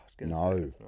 No